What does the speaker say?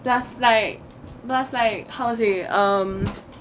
plus like plus like how to say um